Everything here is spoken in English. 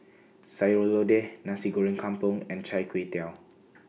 Sayur Lodeh Nasi Goreng Kampung and Chai Tow Kway